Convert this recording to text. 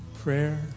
Prayer